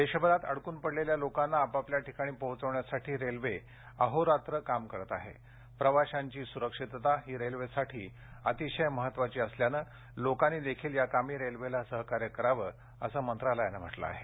देशभरात अडकून पडलेल्या लोकांना आपापल्या ठिकाणी पोहोचवण्यासाठी रेल्वे अहोरात्र काम करत आहे प्रवाशांची सुरक्षितता ही रेल्वेसाठी अतिशय महत्वाची असल्यानं लोकांनी देखील याकामी रेल्वेला सहकार्य करावं असं मंत्रालयानं म्हटलं आहे